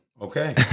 Okay